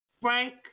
Frank